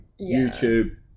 youtube